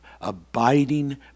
abiding